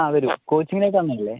ആ അതുതന്നെ കോച്ചിംങ്ങിന് വന്നതല്ലേ